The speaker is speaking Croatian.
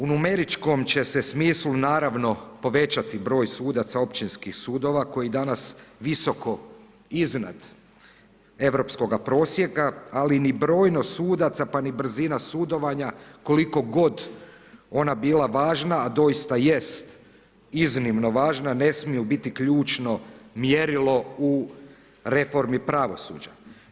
U numeričkom će se smislu naravno povećati broj sudaca općinskih sudova koji danas visoko iznad europskog prosjeka, ali ni brojnost sudaca, pa ni brzina sudovanja koliko god ona bila važna, a doista jest iznimno važna, ne smiju biti ključno mjerilo u reformi pravosuđa.